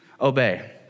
obey